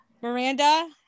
Miranda